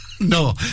No